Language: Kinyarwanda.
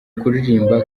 kuririmba